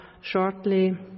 shortly